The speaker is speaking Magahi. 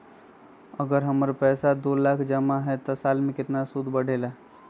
अगर हमर पैसा दो लाख जमा है त साल के सूद केतना बढेला?